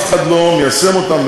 אף אחד לא מיישם אותם.